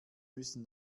müssen